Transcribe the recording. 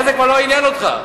אחרי זה כבר לא עניין אותך,